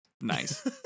nice